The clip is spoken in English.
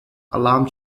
alarm